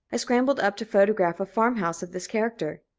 i scrambled up to photograph a farm-house of this character.